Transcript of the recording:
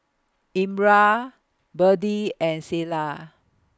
Elmyra Berdie and Selah